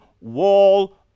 wall